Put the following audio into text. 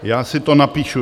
Já si to napíšu.